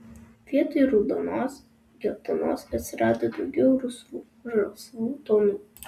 vietoj raudonos geltonos atsirado daugiau rusvų žalsvų tonų